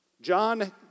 John